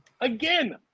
Again